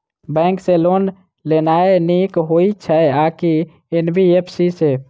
Bank सँ loan लेनाय नीक होइ छै आ की एन.बी.एफ.सी सँ?